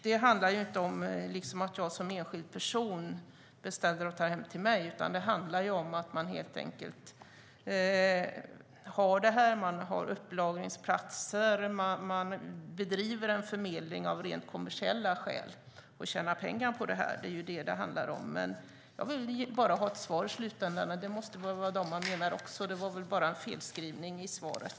Det handlar inte om att jag som enskild person beställer och tar hem drycker, utan det handlar om att man har upplagringsplatser, bedriver en förmedling av kommersiella skäl och tjänar pengar på det. Jag vill bara ha ett svar. Man måste väl mena även dem? Det var väl bara en felskrivning i svaret?